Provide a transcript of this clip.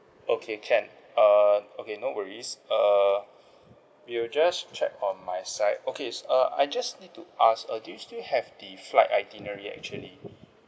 okay can err okay no worries err we will just check on my side okay s~ uh I just need to ask uh do you still have the flight itinerary actually